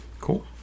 cool